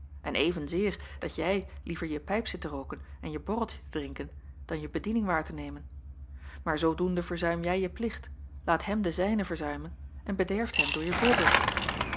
en evenzeer dat jij liever je pijp zit te rooken en je borreltje te drinken dan je bediening waar te nemen maar zoodoende verzuim jij je plicht laat hem den zijnen verzuimen en bederft hem door je voorbeeld